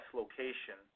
location